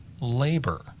Labor